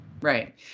Right